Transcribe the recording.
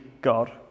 God